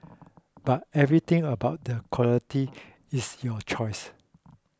but everything about the quality is your choice